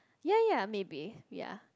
ya ya maybe ya